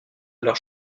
leurs